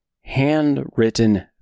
handwritten